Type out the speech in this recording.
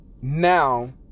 now